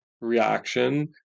reaction